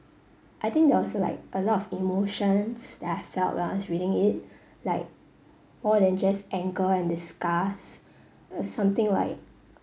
I think there was like a lot of emotions that I felt while I was reading it like more than just anger and disgust something like